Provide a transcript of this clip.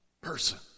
person